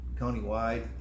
countywide